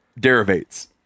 derivates